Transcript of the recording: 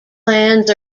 plans